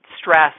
stress